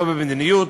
לא במדיניות,